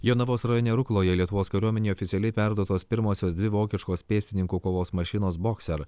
jonavos rajone rukloje lietuvos kariuomenei oficialiai perduotos pirmosios dvi vokiškos pėstininkų kovos mašinos bokser